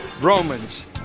Romans